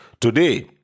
Today